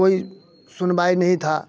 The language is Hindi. कोई सुनवाई नहीं था